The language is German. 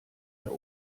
der